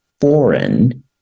foreign